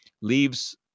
leaves